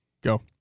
go